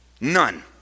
None